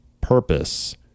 purpose